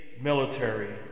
military